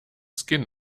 skin